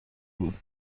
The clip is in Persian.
بود